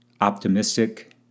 optimistic